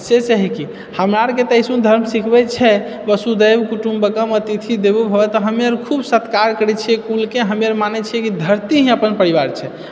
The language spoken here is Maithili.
से सँ ही की हमरा आरके हिन्दु धर्म सीखबै छै वसुधैव कुटुम्बकम् अतिथि देवो भवः तऽ हमे आओर खूब सत्कार करैत छिऐ कुलके हमे आओर मानैत छियै कि धरती ही अपन परिवार छै